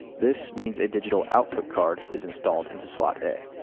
this means a digital output card is installed into slot a.